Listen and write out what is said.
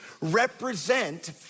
represent